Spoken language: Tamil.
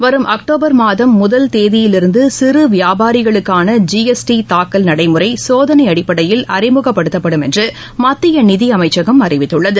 வரும் அக்டோபர் மாதம் முதல் தேதியிலிருந்து சிறு வியாபாரிகளுக்கான ஜிஎஸ்டி தாக்கல் நடைமுறை சோதனை அடிப்படையில் அறிமுகப்படுத்தப்படும் என்று மத்திய நிதி அமைச்சகம் அறிவித்துள்ளது